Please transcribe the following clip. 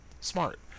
Smart